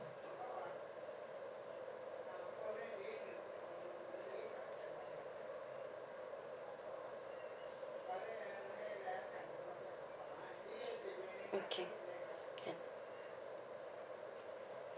okay can